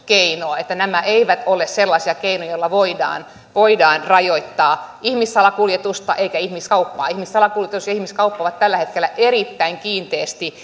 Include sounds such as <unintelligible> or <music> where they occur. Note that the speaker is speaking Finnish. keino että nämä eivät ole sellaisia keinoja joilla voidaan voidaan rajoittaa ihmissalakuljetusta tai ihmiskauppaa ihmissalakuljetus ja ihmiskauppa ovat tällä hetkellä erittäin kiinteästi <unintelligible>